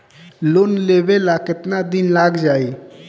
Loan लेबे ला कितना दिन लाग जाई?